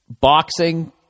Boxing